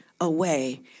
away